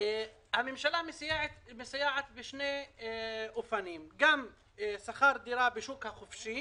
הממשלה מסייעת בשני אופנים: גם בשכר דירה בשוק החופשי